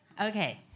Okay